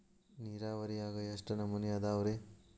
ನೇರಾವರಿಯಾಗ ಎಷ್ಟ ನಮೂನಿ ಅದಾವ್ರೇ?